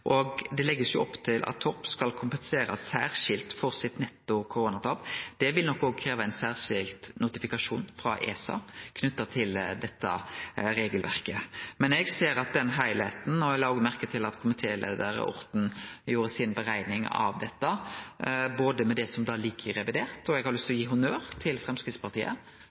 Det blir lagt opp til at Torp skal kompenserast særskilt for sitt netto koronatap. Det vil nok òg krevje ein særskilt notifikasjon frå ESA knytt til det regelverket. Men eg ser heilskapen, og eg la òg merke til at komitéleiar Orten gjorde ei berekning av dette – òg det som ligg i revidert nasjonalbudsjett. Eg har lyst til å gi honnør til Framstegspartiet,